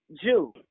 Jew